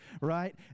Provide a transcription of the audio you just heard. right